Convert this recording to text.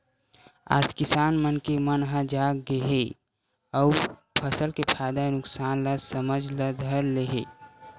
आज किसान मनखे मन ह जाग गे हे अउ फसल के फायदा नुकसान ल समझे ल धर ले हे